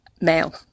male